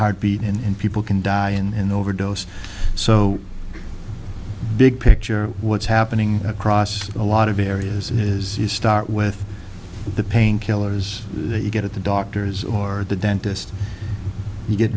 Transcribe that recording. heartbeat in people can die in overdose so big picture what's happening across a lot of areas is you start with the painkillers you get at the doctor's or the dentist you get